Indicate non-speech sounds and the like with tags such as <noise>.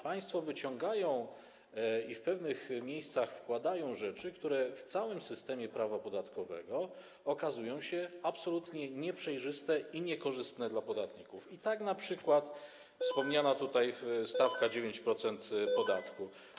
Państwo wyciągają i w pewne miejsca wkładają rzeczy, które w całym systemie prawa podatkowego okazują się absolutnie nieprzejrzyste i niekorzystne dla podatników, tak jak np. <noise> wspomniana tutaj 9-procentowa stawka podatku.